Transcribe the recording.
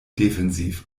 defensiv